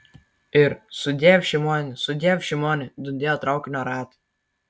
ir sudiev šimoni sudiev šimoni dundėjo traukinio ratai